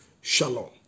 Shalom